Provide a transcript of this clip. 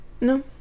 no